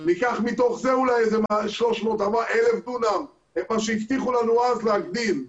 ניקח מתוך זה אולי 300,000 אלף דונם איפה שהבטיחו לנו אז להגדיל.